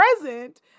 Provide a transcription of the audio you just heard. present